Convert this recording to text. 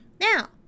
now